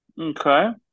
Okay